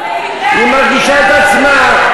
היא מגישה את עצמה.